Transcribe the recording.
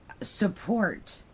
support